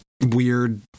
weird